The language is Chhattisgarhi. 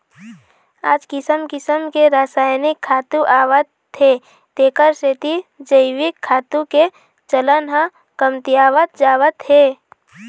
आज किसम किसम के रसायनिक खातू आवत हे तेखर सेती जइविक खातू के चलन ह कमतियावत जावत हे